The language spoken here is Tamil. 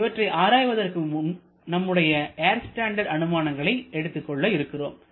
இவற்றை ஆராய்வதற்கு நம்முடைய ஏர் ஸ்டாண்டர்டு அனுமானங்களை எடுத்துக் கொள்ள இருக்கிறோம்